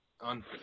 on